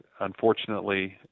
Unfortunately